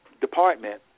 department